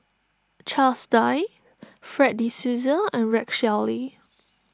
Charles Dyce Fred De Souza and Rex Shelley